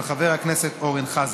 של חבר הכנסת אורן חזן.